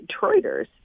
Detroiters